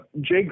Jay